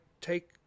take